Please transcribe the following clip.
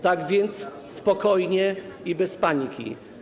Tak więc spokojnie i bez paniki.